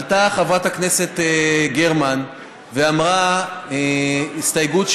עלתה חברת הכנסת גרמן ואמרה הסתייגות,